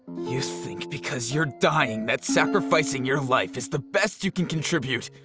you think because you're dying, that sacrificing your life is the best you can contribute,